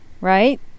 right